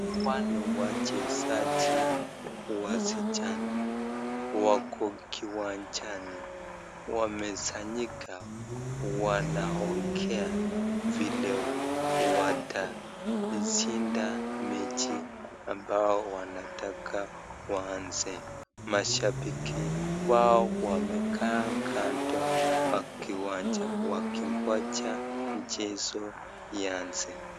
Hawa ni wachezaji wasichana wako kiwanjani wamesanyika wanaongea vile watashinda mechi ambayo wanataka waanze. Mashabiki wao wamekaa kando ya kiwanja wakingoja mechi ianze.